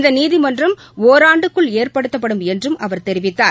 இந்த நீதிமன்றம் ஒராண்டுக்குள் ஏற்படுத்தப்படும் என்றும் அவர் தெரிவித்தார்